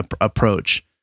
approach